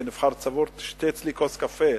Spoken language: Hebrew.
כנבחר ציבור: אני רוצה שתשתה אתי כוס קפה.